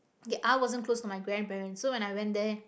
ya I wasn't close to my grandparents so when I went there